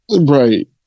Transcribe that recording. Right